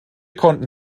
konnten